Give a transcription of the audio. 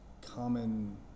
common